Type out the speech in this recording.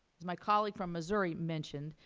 as my colleague from missouri mentioned,